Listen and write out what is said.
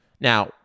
Now